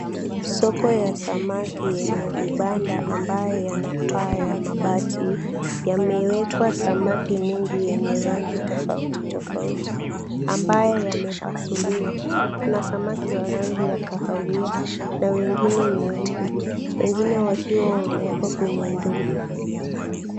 Soko yenye samaki na vibanda ambayo yana paa ya mabati yamewekwa samaki mingi yenye rangi tofauti tofauti ambayo yamepasuliwa. Kuna samaki wa rangi ya kahawia na wengine nyeupe. Wengine wakiwa wamewekwa kwenye ndoo.